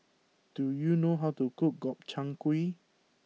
do you know how to cook Gobchang Gui